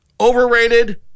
Overrated